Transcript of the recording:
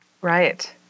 Right